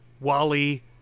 Wally